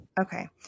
Okay